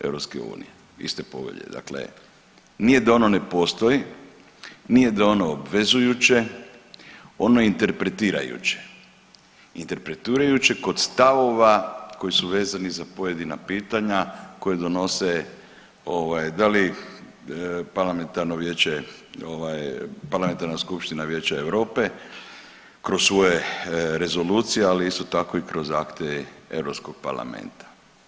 EU, iste povelje, dakle nije da ono ne postoji, nije da je ono obvezujuće, ono je interpretirajuće, interpretirajuće kod stavova koji su vezani za pojedina pitanja koja donose ovaj da li parlamentarno vijeće ovaj parlamentarna skupština Vijeća Europe kroz svoje rezolucije, ali isto i kroz akte Europskog parlamenta.